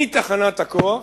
מתחנת הכוח,